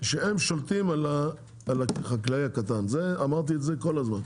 שהם שולטים על החקלאי הקטן, את זה אמרתי כל הזמן.